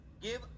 Give